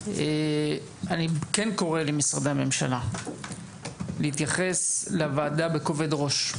אני כן קורא למשרדי הממשלה להתייחס לוועדה בכובד ראש.